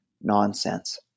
nonsense